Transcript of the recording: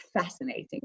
fascinating